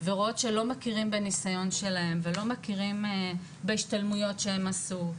ורואות שלא מכירים בניסיון שלהן ולא מכירים בהשתלמויות שהם עשו,